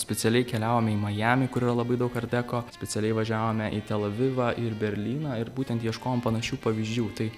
specialiai keliavome į majamį kur yra labai daug art deko specialiai važiavome į tel avivą ir berlyną ir būtent ieškojom panašių pavyzdžių tai